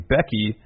Becky